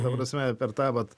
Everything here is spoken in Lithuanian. ta prasme per tą vat